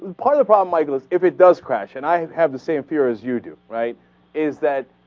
by the bob michel's if it does crash and i have have the same peers you did right is that